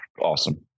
Awesome